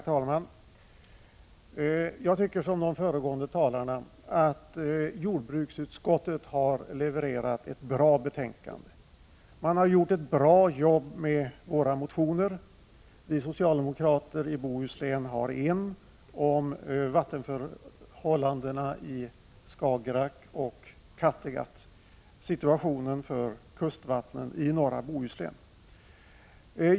Herr talman! Jag tycker som de föregående talarna att jordbruksutskottet har levererat ett bra betänkande. Man har gjort ett bra jobb med våra motioner. Vi socialdemokrater i Bohuslän har en motion om vattenförhållandena i Skagerrak och Kattegatt, dvs. situationen för kustvattnen i norra Bohuslän.